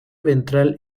ventral